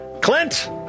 Clint